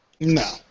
No